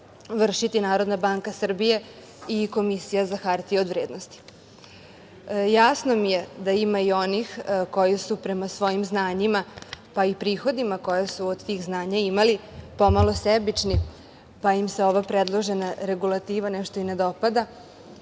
vršiti Narodna banka Srbije i Komisija za hartije od vrednosti. Jasno mi je da ima i onih koji su prema svojim znanjima, pa i prihodima koja su od tih znanja imali pomalo sebični, pa im se ova predložena regulativa nešto i ne dopada,